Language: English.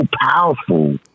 powerful